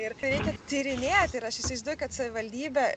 ir kai reikia tyrinėt ir aš įsivaizduoju kad savivaldybė